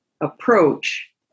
approach